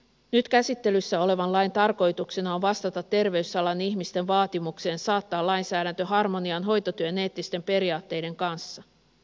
nyt käsittelyssä olevan lain tarkoituksena on vastata terveysalan ihmisten vaatimukseen saattaa lainsäädäntö harmoniaan hoitotyön eettisten periaatteiden kanssa